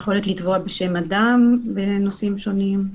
לנו יכולת לתבוע בשם אדם, בנושאים שונים.